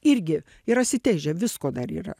irgi ir asiteže visko dar yra